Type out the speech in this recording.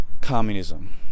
communism